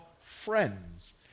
friends